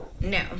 No